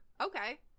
okay